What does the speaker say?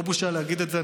לא בושה להגיד את זה.